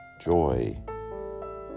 joy